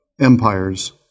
empires